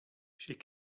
she